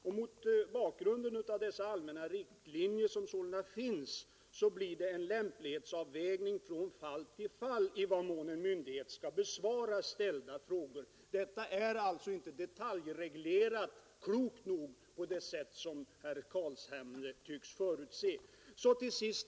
Mot bakgrunden av dessa allmänna riktlinjer blir det en lämplighetsavvägning från fall till fall huruvida en myndighet skall svara på ställda frågor. Detta är alltså — klokt nog — inte detaljreglerat på det sätt som herr Carlshamre tycks föreställa sig.